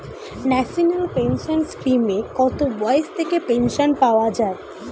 National pension স্কিমে কত বয়স থেকে পেনশন পাওয়া যায়?